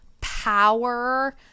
power